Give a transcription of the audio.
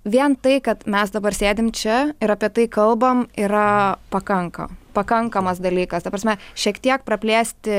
vien tai kad mes dabar sėdim čia ir apie tai kalbam yra pakanka pakankamas dalykas ta prasme šiek tiek praplėsti